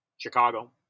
Chicago